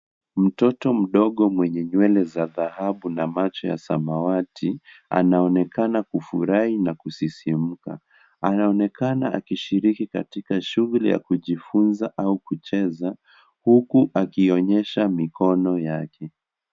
Mtoto mdogo mwenye nywele za dhahabu na macho ya samawati, anaonekana kufurahi na kusisimka. Anaonekana akishiriki katika shughuli ya kujifunza au kucheza, huku akionyesha mikono yake.